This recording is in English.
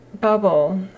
bubble